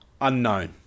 unknown